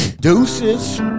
Deuces